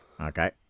Okay